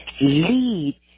Lead